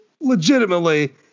legitimately